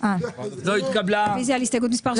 אני רק אגיד משפט אחד.